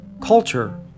Culture